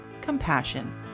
compassion